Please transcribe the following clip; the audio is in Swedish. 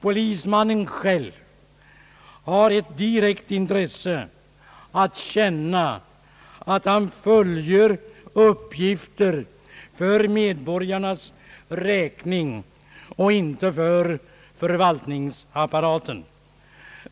Polismannen själv har ett direkt intresse av att känna att han fullgör uppgifter för medborgarnas räkning och inte för förvaltningsapparaten.